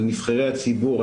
על נבחרי הציבור,